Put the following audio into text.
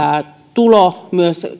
tulo myös